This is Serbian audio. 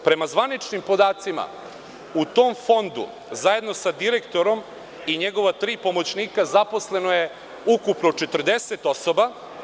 Prema zvaničnim podacima u tom fondu, zajedno sa direktorom i njegova tri pomoćnika zaposleno je ukupno 40 osoba.